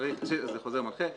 זה חוזר מנחה,